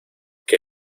que